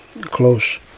close